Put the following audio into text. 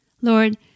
Lord